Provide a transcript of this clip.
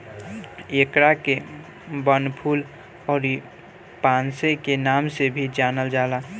एकरा के वनफूल अउरी पांसे के नाम से भी जानल जाला